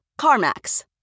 CarMax